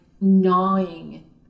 gnawing